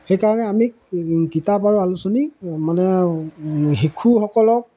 সেইকাৰণে আমি কিতাপ আৰু আলোচনী মানে শিশুসকলক